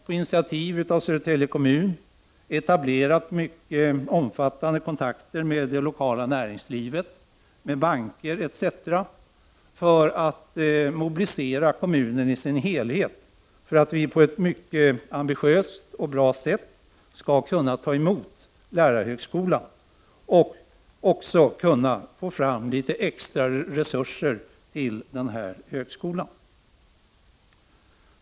På initiativ av Södertälje kommun har vidare etablerats mycket omfattande kontakter med det lokala näringslivet, med banker, etc. Vi har mobiliserat kommunen i dess helhet för att på ett mycket ambitiöst och bra sätt kunna ta emot lärarhögskolan och också kunna få fram litet extra resurser till högskolan.